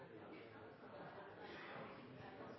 de selv har